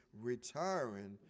retiring